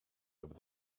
over